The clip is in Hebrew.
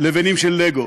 מלבנים של "לגו".